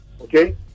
Okay